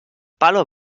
palo